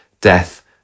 death